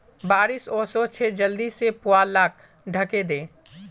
बारिश ओशो छे जल्दी से पुवाल लाक ढके दे